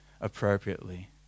appropriately